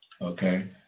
Okay